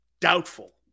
Doubtful